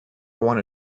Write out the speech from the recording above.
want